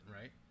right